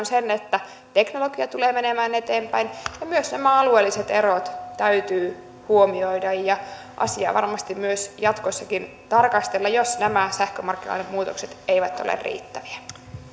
sen että teknologia tulee menemään eteenpäin ja myös nämä alueelliset erot täytyy huomioida ja asiaa varmasti myös jatkossakin tarkastella jos nämä sähkömarkkinalain muutokset eivät ole riittäviä